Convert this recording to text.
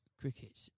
cricket